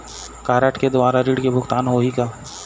Card के द्वारा ऋण के भुगतान होही का?